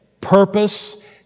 purpose